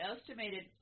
estimated